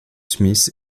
smith